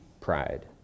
pride